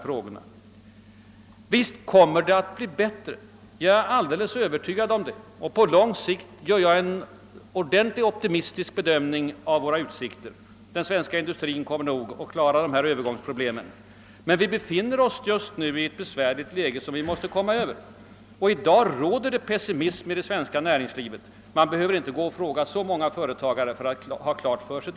Visst kommer förhållandena att bli bättre — jag är alldeles övertygad om det — och på lång sikt har jag en mycket optimistisk bedömning av våra utsikter; den svenska industrin kommer nog att klara sina övergångsproblem. Men vi befinner oss just nu i ett besvärligt läge, som vi måste försöka komma Över. I dag råder det pessimism i det svenska näringslivet. Man behöver inte fråga så många företagare för att få det klart för sig.